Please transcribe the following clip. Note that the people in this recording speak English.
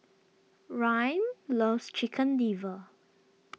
Rayne loves Chicken Liver